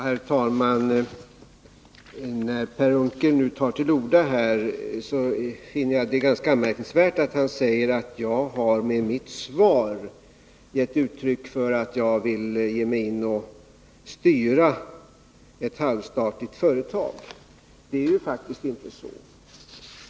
Herr talman! Jag finner det ganska anmärkningsvärt att Per Unckel, när han nu tar till orda, säger att jag har med mitt svar givit uttryck för att jag vill ge mig in och styra ett halvstatligt företag. Det är faktiskt inte så.